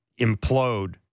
implode